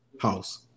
house